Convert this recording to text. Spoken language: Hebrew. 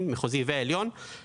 בבית המשפט המחוזי ובבית המשפט העליון,